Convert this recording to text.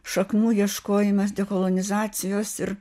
šaknų ieškojimas dekolonizacijos ir